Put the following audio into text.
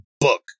book